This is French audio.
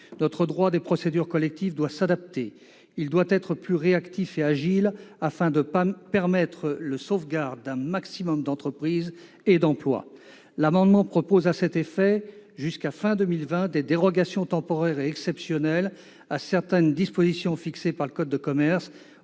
Notre droit des procédures collectives doit s'adapter, il doit être plus réactif et agile afin de permettre de sauver un maximum d'entreprises et d'emplois. Cet amendement tend à proposer à cet effet, jusqu'à la fin de l'année 2020, des dérogations temporaires et exceptionnelles à certaines dispositions fixées par le code de commerce